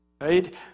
Right